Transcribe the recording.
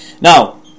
now